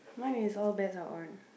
mine is all bets out one